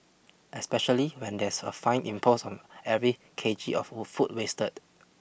especially when there's a fine imposed on every K G of food wasted